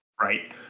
right